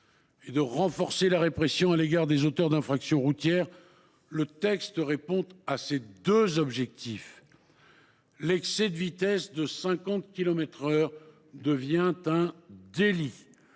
et de renforcer la répression à l’égard des auteurs d’infractions routières, le texte répond à ces deux objectifs : l’excès de vitesse de 50 kilomètres par heure devient un délit